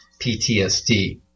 PTSD